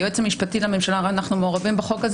היועץ המשפטי לממשלה הרי אנחנו מעורבים בחוק הזה